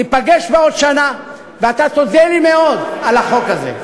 ניפגש בעוד שנה ואתה תודה לי מאוד על החוק הזה.